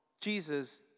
Jesus